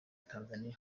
tanzania